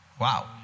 Wow